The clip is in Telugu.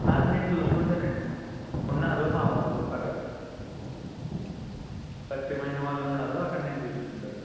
అది నేను చూసుకుంటాను అండి ఉన్నారు మా వాళ్ళు అక్కడ పరిచయమైన వాళ్ళు ఉన్నారు అక్కడ నేను చూసుకుంటాను